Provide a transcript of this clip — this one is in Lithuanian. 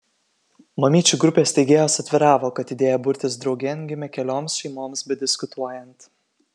mamyčių grupės steigėjos atviravo kad idėja burtis draugėn gimė kelioms šeimoms bediskutuojant